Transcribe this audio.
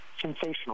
sensational